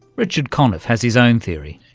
richard conniff has his own theory.